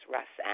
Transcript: Russ